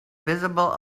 visible